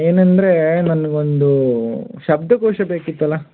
ಏನಂದರೆ ನನಗೊಂದು ಶ ಬ್ಧಕೋಶ ಬೇಕಿತ್ತಲ್ಲ